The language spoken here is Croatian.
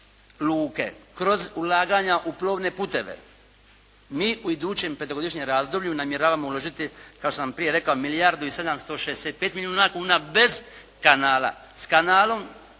kroz ulaganja u plovne putove, mi u idućem petogodišnjem razdoblju namjeravamo uložiti kao što sam prije rekao milijardu i 765 milijuna kuna bez kanala. S kanalom,